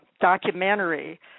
documentary